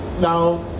now